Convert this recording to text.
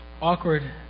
Awkward